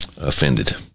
offended